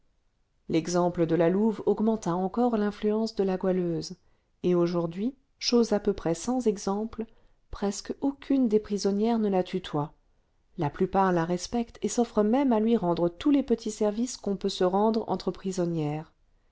l'exemple de la louve augmenta encore l'influence de la goualeuse et aujourd'hui chose à peu près sans exemple presque aucune des prisonnières ne la tutoie la plupart la respectent et s'offrent même à lui rendre tous les petits services qu'on peut se rendre entre prisonnières